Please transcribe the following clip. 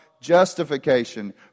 justification